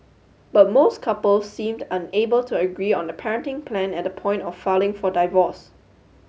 but most couples seemed unable to agree on the parenting plan at the point of filing for divorce